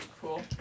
Cool